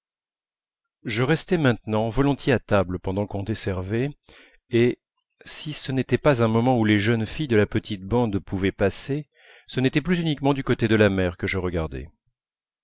je restais maintenant volontiers à table pendant qu'on desservait et si ce n'était pas un moment où les jeunes filles de la petite bande pouvaient passer ce n'était plus uniquement du côté de la mer que je regardais